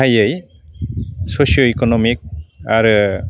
गाहायै ससिअ' इक'न'मिक आरो